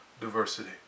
diversity